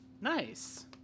Nice